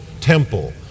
temple